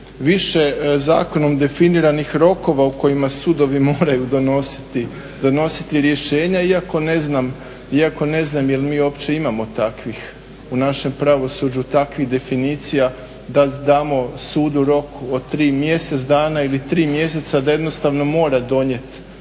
više zakonom definiranih rokova o kojima sudovi moraju donositi rješenja iako ne znam je li mi uopće imamo takvih u našem pravosuđu takvih definicija da damo sudu rok od mjesec dana ili tri mjeseca, da jednostavno mora donijeti